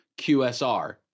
QSR